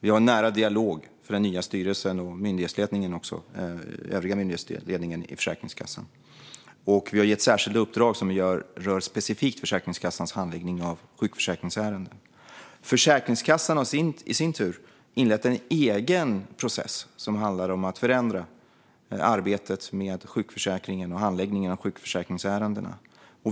Vi har en nära dialog med den nya styrelsen och med den övriga myndighetsledningen i Försäkringskassan. Och vi har gett särskilda uppdrag som specifikt rör Försäkringskassans handläggning av sjukförsäkringsärenden. Försäkringskassan har i sin tur inlett en egen process som handlar om att förändra arbetet med sjukförsäkringen och handläggningen av sjukförsäkringsärendena.